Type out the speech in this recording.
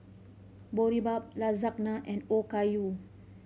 Boribap Lasagna and Okayu